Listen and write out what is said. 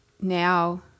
now